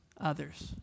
others